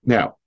Now